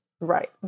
Right